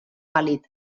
vàlid